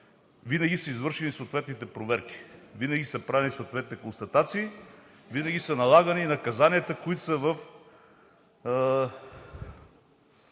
винаги са се извършвали съответните проверки, винаги са се правили съответните констатации. Винаги са налагани наказанията, които са